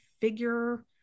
figure